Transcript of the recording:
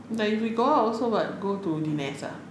but if we go out also what go to the nest ah